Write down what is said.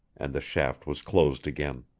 and the shaft was closed again.